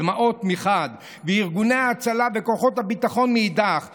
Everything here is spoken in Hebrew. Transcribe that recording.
הדמעות מחד גיסא וארגוני ההצלה וכוחות הביטחון מאידך גיסא,